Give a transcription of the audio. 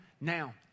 now